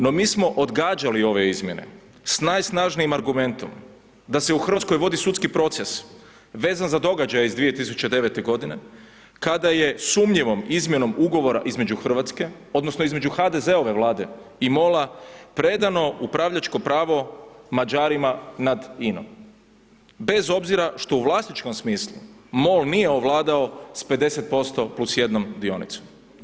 No mi smo odgađali ove izmjene s najsnažnijim argumentom da se u Hrvatskoj vodi sudski proces vezan za događaj iz 2009. g. kada je sumnjivom izmjenom ugovora između Hrvatske odnosno između HDZ-ove Vlade i MOL-a predano upravljačko pravo Mađarima nad INA-om bez obzira što u vlasničkom smislu MOL nije ovladao sa 50% + 1 dionicom.